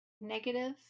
negative